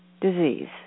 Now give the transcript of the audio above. disease